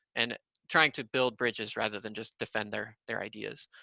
and trying to build bridges rather than just defend their their ideas.